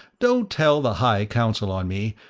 don't tell the high council on me,